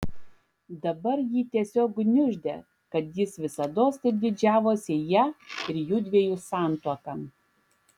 dabar jį tiesiog gniuždė kad jis visados taip didžiavosi ja ir jųdviejų santuoka